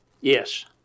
Yes